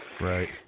Right